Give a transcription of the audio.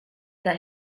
that